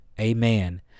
Amen